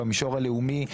במישור הלאומי.